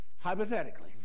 hypothetically